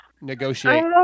negotiate